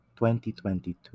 2022